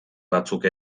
batzuk